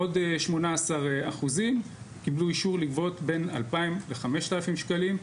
עוד 18% קיבלו אישור לגבות בין 2000 ל-5,000 שקלים.